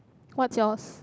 what's yours